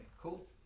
Cool